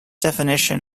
definition